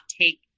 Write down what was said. take